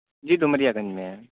جی Domariyaganj میں ہے